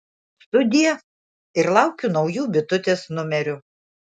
sudie ir laukiu naujų bitutės numerių